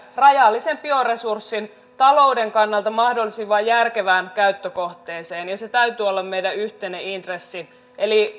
rajallisen bioresurssin talouden kannalta mahdollisimman järkevään käyttökohteeseen ja sen täytyy olla meidän yhteinen intressi eli